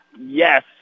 yes